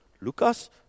Lucas